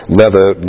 leather